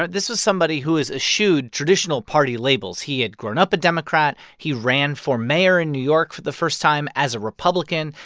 this is somebody who has eschewed traditional party labels. he had grown up a democrat. he ran for mayor in new york for the first time as a republican.